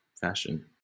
fashion